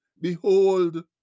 Behold